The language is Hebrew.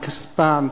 מכספם,